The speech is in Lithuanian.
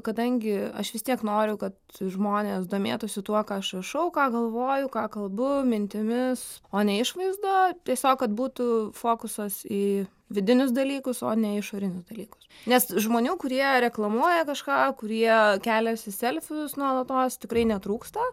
kadangi aš vis tiek noriu kad žmonės domėtųsi tuo ką aš rašau ką galvoju ką kalbu mintimis o ne išvaizda tiesiog kad būtų fokusas į vidinius dalykus o ne išorinius dalykus nes žmonių kurie reklamuoja kažką kurie keliasi selfius nuolatos tikrai netrūksta